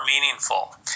meaningful